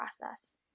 process